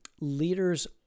leaders